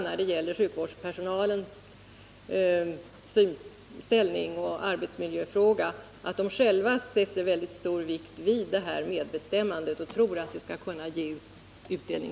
När det gäller sjukvårdspersonalens ställning och arbetsmiljöfrågorna vill jag gärna säga att personalen själv fäster väldigt stor vikt vid medbestämmandet och tror att det skall kunna ge utdelning.